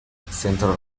centro